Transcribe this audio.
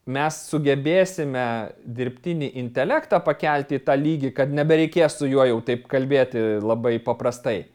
mes sugebėsime dirbtinį intelektą pakelti į tą lygį kad nebereikės su juo jau taip kalbėti labai paprastai